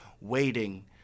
waiting